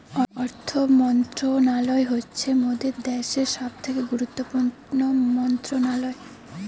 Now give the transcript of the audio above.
অর্থ মন্ত্রণালয় হচ্ছে মোদের দ্যাশের সবথেকে গুরুত্বপূর্ণ মন্ত্রণালয়